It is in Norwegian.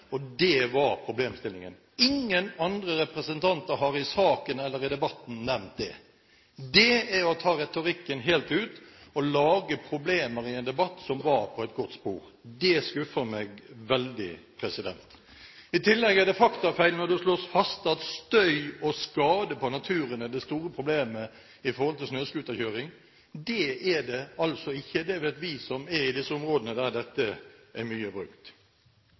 det var problemstillingen. Ingen andre representanter har i forbindelse med saken eller i debatten nevnt det. Det er å ta retorikken helt ut og lage problemer i en debatt som var på et godt spor. Det skuffer meg veldig. I tillegg er det faktafeil når det slås fast at støy og skade på naturen er det store problemet ved snøscooterkjøring. Det er det altså ikke – det vet vi som er i de områdene der det er mye brukt.